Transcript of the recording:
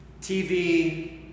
TV